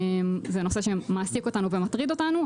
זה נושא שמעסיק אותנו ומטריד אותנו.